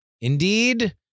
Indeed